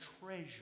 treasure